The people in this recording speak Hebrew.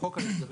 בחוק ההסדרים,